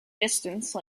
distance